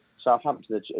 Southampton